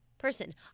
Person